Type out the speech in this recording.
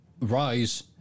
Rise